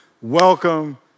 welcome